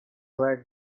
red